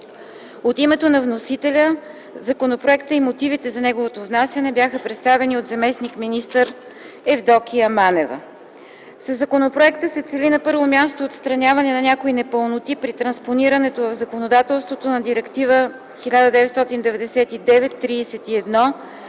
От името на вносителя законопроектът и мотивите за неговото внасяне бяха представени от заместник-министър Евдокия Манева. Със законопроекта се цели на първо място отстраняване на някои непълноти при транспониране в законодателството на Директива 1999/31/ЕО